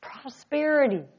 Prosperity